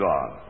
God